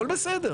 הכול בסדר.